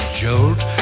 jolt